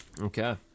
Okay